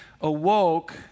awoke